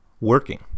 working